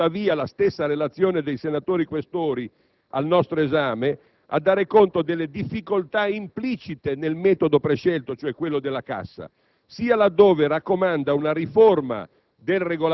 È tuttavia la stessa relazione dei senatori Questori al nostro esame a dare conto delle difficoltà implicite nel metodo prescelto, cioè quello della cassa, sia laddove raccomanda una riforma